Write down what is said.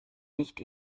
nicht